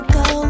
go